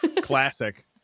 classic